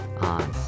on